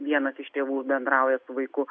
vienas iš tėvų bendrauja su vaiku